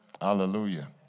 Hallelujah